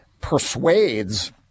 persuades